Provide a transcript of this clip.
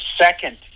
second